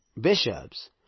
bishops